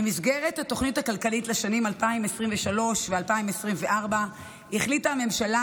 במסגרת התוכנית הכלכלית לשנים 2023 ו-2024 החליטה הממשלה,